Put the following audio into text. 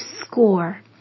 score